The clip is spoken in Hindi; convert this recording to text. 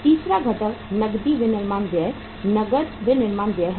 तीसरा घटक नकदी विनिर्माण व्यय नकद विनिर्माण व्यय है